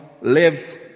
live